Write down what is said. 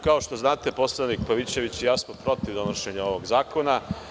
Kao što znate, poslanik Pavićević i ja smo protiv donošenja ovog zakona.